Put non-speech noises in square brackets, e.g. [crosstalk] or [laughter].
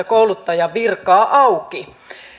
[unintelligible] kouluttajan virkaa auki